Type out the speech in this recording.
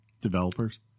developers